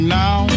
now